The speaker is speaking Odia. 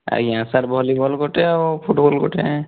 ଆଜ୍ଞା ସାର୍ ଭଲିବଲ୍ ଗୋଟିଏ ଆଉ ଫୁଟବଲ୍ ଗୋଟିଏ